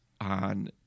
on